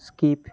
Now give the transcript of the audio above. skip